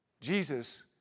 Jesus